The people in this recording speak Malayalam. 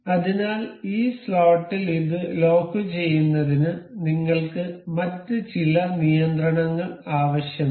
അതിനാൽ ഈ സ്ലോട്ടിൽ ഇത് ലോക്കുചെയ്യുന്നതിന് നിങ്ങൾക്ക് മറ്റ് ചില നിയന്ത്രണങ്ങൾ ആവശ്യമാണ്